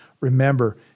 Remember